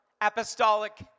apostolic